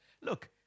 Look